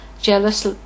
jealous